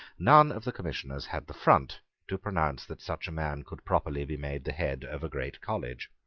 none of the commissioners had the front to pronounce that such a man could properly be made the head of a great college.